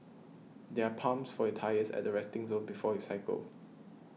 there are pumps for your tyres at the resting zone before you cycle